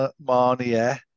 Marnier